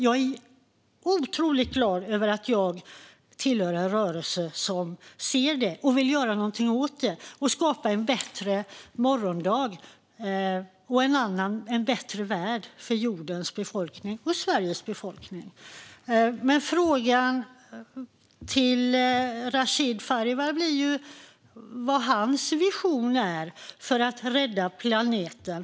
Jag är otroligt glad över att jag hör till en rörelse som ser det och vill göra något åt det - som vill skapa en bättre morgondag och en bättre värld för jordens och Sveriges befolkning. Frågan till Rashid Farivar blir ju vad hans vision är för att rädda planeten.